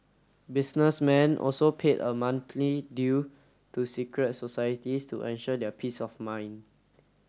businessmen also paid a monthly due to secret societies to ensure their peace of mind